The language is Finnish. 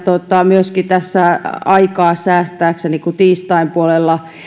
myöskin tässä aikaa säästääkseni kun tiistain puolella